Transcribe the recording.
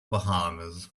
bahamas